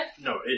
No